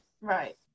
Right